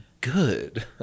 good